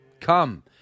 Come